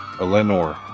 Eleanor